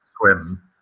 swim